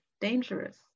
dangerous